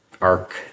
arc